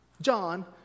John